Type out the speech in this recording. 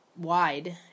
Wide